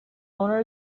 owner